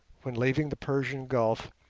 when leaving the persian gulf,